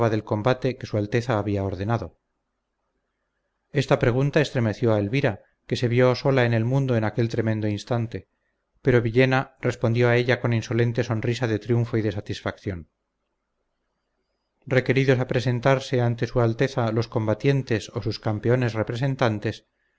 del combate que su alteza había ordenado esta pregunta estremeció a elvira que se vio sola en el mundo en aquel tremendo instante pero villena respondió a ella con insolente sonrisa de triunfo y de satisfacción requeridos a presentarse ante su alteza los combatientes o sus campeones representantes